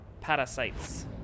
parasites